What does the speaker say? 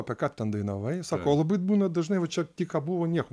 apie ką tu ten dainavai sakau labai būna dažnai va čia tik ką buvo nieko